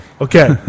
Okay